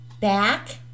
back